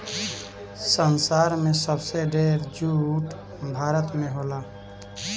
संसार में सबसे ढेर जूट भारत में होला